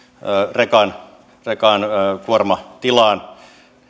rekan rekan kuormatilaan